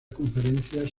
conferencias